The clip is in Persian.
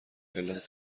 علت